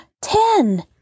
Ten